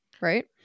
right